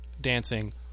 dancing